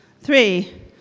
three